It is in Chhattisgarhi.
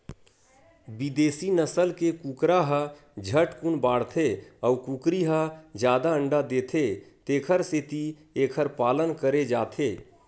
बिदेसी नसल के कुकरा ह झटकुन बाड़थे अउ कुकरी ह जादा अंडा देथे तेखर सेती एखर पालन करे जाथे